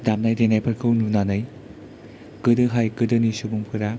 दामनाय देनायफोरखौ नुनानै गोदोहाय गोदोनि सुबुंफोरा